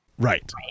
Right